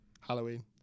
Halloween